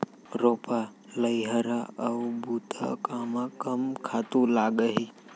रोपा, लइहरा अऊ बुता कामा कम खातू लागही?